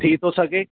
थी थो सघे